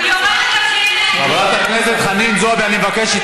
היא יורקת, חברת הכנסת חנין זועבי, אני מבקש.